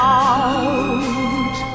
out